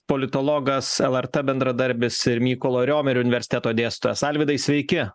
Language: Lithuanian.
politologas lrt bendradarbis ir mykolo riomerio universiteto dėstytojas alvydai sveiki